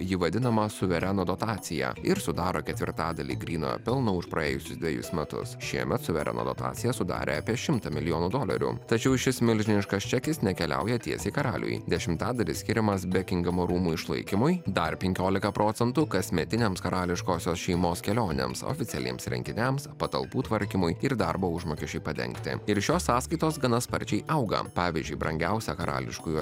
ji vadinama suvereno dotacija ir sudaro ketvirtadalį grynojo pelno už praėjusius dvejus metus šiemet suvereno dotacija sudarė apie tą milijoną dolerių tačiau šis milžiniškas čekis nekeliauja tiesiai karaliui dešimtadalis skiriamas bekingemo rūmų išlaikymui dar penkiolika procentų kasmetinėms karališkosios šeimos kelionėms oficialiems renginiams patalpų tvarkymui ir darbo užmokesčiui padengti ir šios sąskaitos gana sparčiai auga pavyzdžiui brangiausia karališkųjų